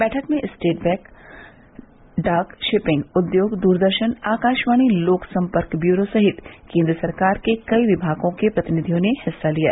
बैठक में state bank डाक शिपिंग उद्योग दूरदर्शन आकाशवाणी लोक सम्पर्क ब्यूरो सहित केन्द्र सरकार के कई विभागों के प्रतिनिधियों ने हिस्सा लिया